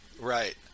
Right